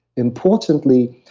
importantly,